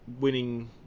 winning